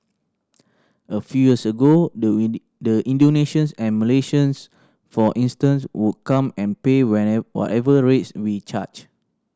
a few years ago the the Indonesians and Malaysians for instance would come and pay whatever rates we charged